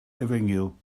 efengyl